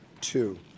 two